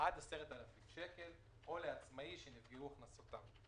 עד כמה פחתו ההכנסות של אזרחים